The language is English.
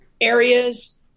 areas